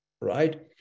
right